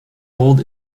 old